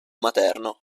materno